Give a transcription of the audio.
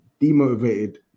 demotivated